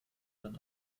dann